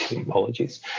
apologies